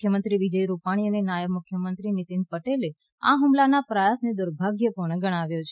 મુખ્યમંત્રી વિજય રૂપાણી અને નાયબ મુખ્યમંત્રી મુખ્યમંત્રી નિતિન પટેલે આ હ્મલાના પ્રયાસને દુર્ભાગ્યપૂર્ણ ગણાવ્યો છે